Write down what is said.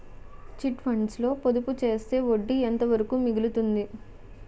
Chit funds లో పొదుపు చేస్తే వడ్డీ ఎంత వరకు మిగులుతుంది?